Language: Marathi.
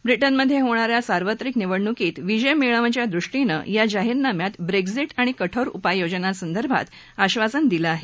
व्रिटनमधे होणा या सार्वत्रिक निवडणुकीत विजय मिळवण्याच्या दृष्टीनं या जाहीरनाम्यात ब्रेक्झीट आणि कठोर उपाययोजनांसदर्भात आश्वासन दिलं आहे